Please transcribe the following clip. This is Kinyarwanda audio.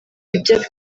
ibyo